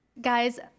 Guys